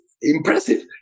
impressive